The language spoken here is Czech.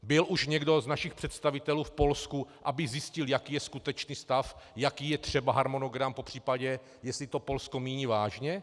Byl už někdo z našich představitelů v Polsku, aby zjistil, jaký je skutečný stav, jaký je třeba harmonogram, popřípadě jestli to Polsko míní vážně?